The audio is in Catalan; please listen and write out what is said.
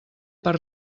per